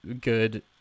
good